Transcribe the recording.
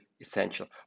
essential